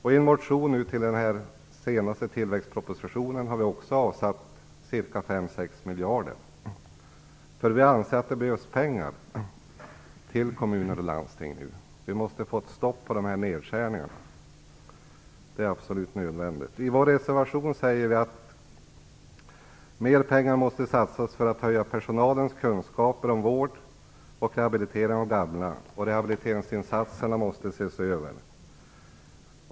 I en motion i anslutning till den senaste tillväxtpropositionen har vi också avsatt 5-6 miljarder, därför att vi anser att kommuner och landsting nu behöver pengar. Det är absolut nödvändigt att få stopp på nedskärningarna. I vår reservation säger vi att mer pengar måste satsas för att öka personalens kunskaper om vård och rehabilitering av gamla och att rehabiliteringsinsatserna måste ses över.